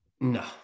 no